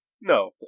No